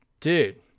Dude